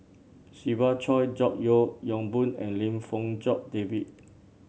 Siva Choy George Yeo Yong Boon and Lim Fong Jock David